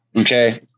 Okay